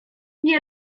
nie